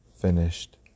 Finished